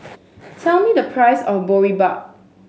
tell me the price of Boribap